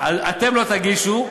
אתם לא תגישו.